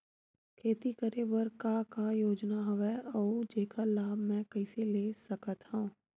खेती करे बर का का योजना हवय अउ जेखर लाभ मैं कइसे ले सकत हव?